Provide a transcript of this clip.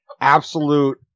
absolute